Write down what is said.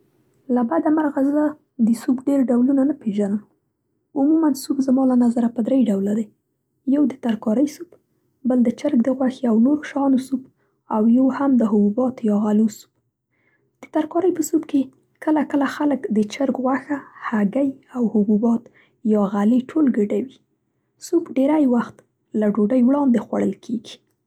له بده مرغه زه د سوپ ډېر ډولونه نه پېژنم. عموما سوپ زما له نظره په درې ډوله دی. یو د ترکارۍ سوپ بل د چرګ د غوښې او نورو شیانو سوپ او یو هم د حبوباتو یا غلو سوپ. د ترکارۍ په سوپ کې کله کله خلک د چرګ غوښه، هګۍ او حبوبات یا غلې ټول ګډوي. سوپ ډېری وخت له ډوډۍ وړاندې خوړل کېږي.